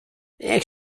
niech